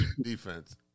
defense